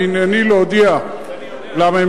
והנני להודיע לממשלה,